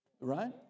Right